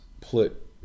put